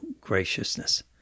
graciousness